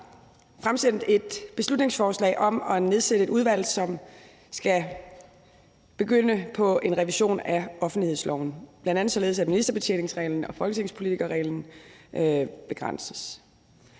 fremsat et beslutningsforslag om at nedsætte et udvalg, som skal begynde på en revision af offentlighedsloven, bl.a. således at ministerbetjeningsreglen og folketingspolitikerreglen begrænses.